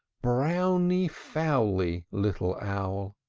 browny fowly, little owl!